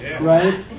right